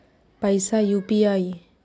पैसा यू.पी.आई?